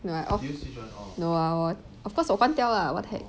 no I off no I o~ of course 我关掉 lah what the heck